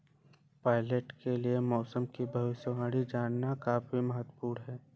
pilot के लिए मौसम की भविष्यवाणी जानना काफी महत्त्वपूर्ण है